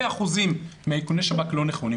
גדול מאיכוני השב"כ לא נכון.